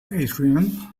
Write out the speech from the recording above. adrian